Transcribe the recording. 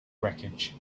wreckage